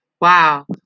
Wow